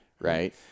Right